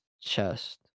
chest